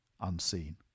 unseen